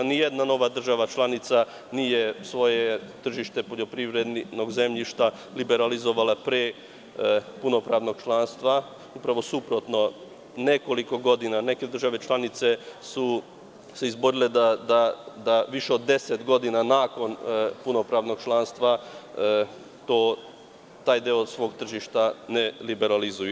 Ni jedna nova država članica nije svoje tržište poljoprivrednog zemljišta liberalizovala pre punopravnog članstva, upravo suprotno, nekoliko godina, neke države članice su se izborile da više od deset godina nakon punopravnog članstva taj deo svog tržišta ne liberalizuju.